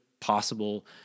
possible